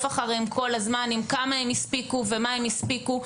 אחריהם כל הזמן עם כמה הם הספיקו ומה הם הספיקו.